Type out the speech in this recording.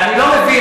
אבל אני לא מבין,